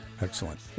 Excellent